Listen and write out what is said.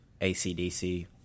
acdc